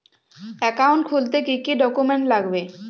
Account খুলতে কি কি ডকুমেন্ট লাগবে?